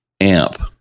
amp